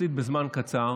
יחסית בזמן קצר,